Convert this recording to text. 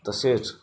तसेच